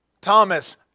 Thomas